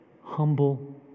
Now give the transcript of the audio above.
humble